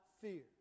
fear